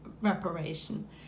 reparation